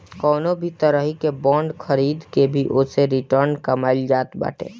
कवनो भी तरही बांड खरीद के भी ओसे रिटर्न कमाईल जात बाटे